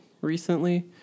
recently